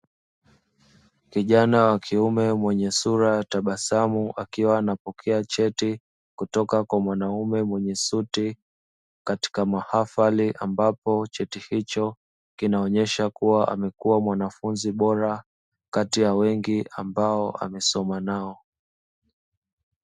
Kijana wa kiume mwenye sura ya tabasamu, akiwa anapokea cheti kutoka kwa mwanaume mwenye suti, katika mahafali ambapo cheti hicho kinaonyesha kuwa amekuwa mwanafunzi bora, kati ya wengi ambao amesoma nao.